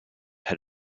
had